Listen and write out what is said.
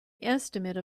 estimate